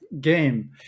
game